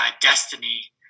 destiny